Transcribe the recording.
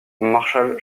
marshal